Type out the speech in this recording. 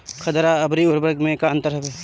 खादर अवरी उर्वरक मैं का अंतर हवे?